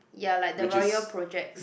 ya like the royal projects